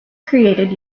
created